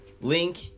Link